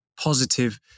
positive